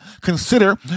consider